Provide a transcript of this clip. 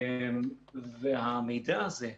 והמידע הזה,